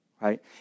right